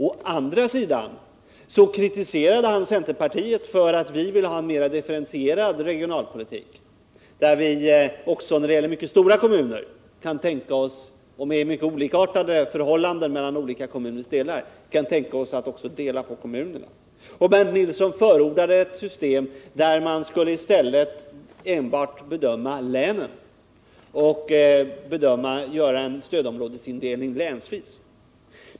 Å andra sidan kritiserade han centerpartiet för att vi vill ha en mer differentierad regionalpolitik, där vi också när det gäller mycket stora kommuner med mycket olikartade förhållanden mellan kommunernas olika delar kan tänka oss att dela på kommunerna. Bernt Nilsson förordade ett system där man i stället enbart skulle bedöma länen och göra en stödområdesindelning länsvis.